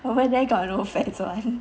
over there got no fats [one]